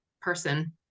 person